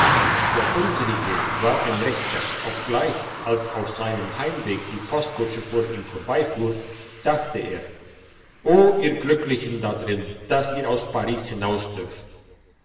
der unsrige war ein rechter obgleich als auf seinem heimweg die postkutsche vor ihm vorbeifuhr dachte er o ihr glücklichen da drinnen dass ihr aus paris